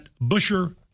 Busher